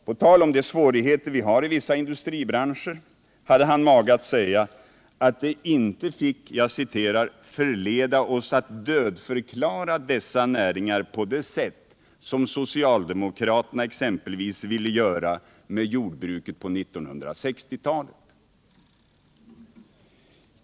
På tal om de svårigheter vi har i vissa industribranscher hade han mage att säga att det inte fick ”förleda oss att dödförklara dessa näringar på det sätt som socialdemokraterna exempelvis ville göra med jordbruket på 1960-talet”.